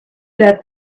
that